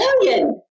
million